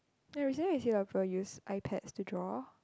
ya recently I see people use iPads to draw